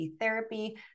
therapy